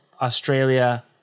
Australia